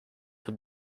have